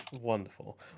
wonderful